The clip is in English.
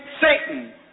Satan